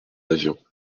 avion